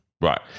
Right